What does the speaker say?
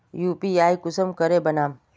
UPI कुंसम करे बनाम?